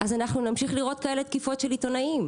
אז אנחנו נמשיך לראות כאלה תקיפות של עיתונאים.